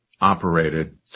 operated